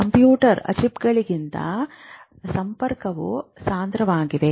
computer ಚಿಪ್ಗಳಿಗಿಂತ ಸಂಪರ್ಕಗಳು ಸಾಂದ್ರವಾಗಿವೆ